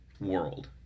world